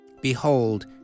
Behold